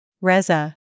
Reza